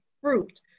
fruit